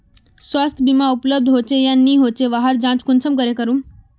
स्वास्थ्य बीमा उपलब्ध होचे या नी होचे वहार जाँच कुंसम करे करूम?